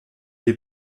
des